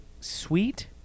sweet